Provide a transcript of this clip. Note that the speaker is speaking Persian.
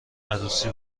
عروسی